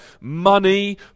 money